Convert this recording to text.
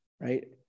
Right